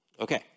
okay